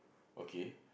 okay